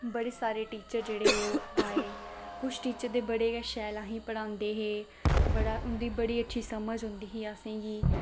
बड़े सारे टीचर जेह्ड़े ओह् आए किश टीचर ते बड़े गै शैल असें गी पढ़ांदे हे बड़ा उं'दी बड़ी अच्छी समझ औंदी ही असें गी